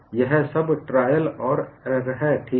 यह सब ट्रायल और ऐरर है ठीक है